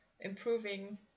improving